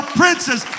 princes